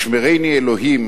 ישמרני אלוהים